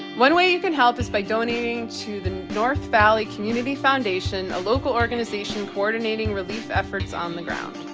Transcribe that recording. one way you can help is by donating to the north valley community foundation, a local organization coordinating relief efforts on the ground.